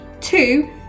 Two